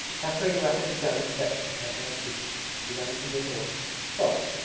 pattering rapidly down the steps with her bare feet she ran from the porch, stopped,